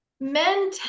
men